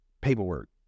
paperwork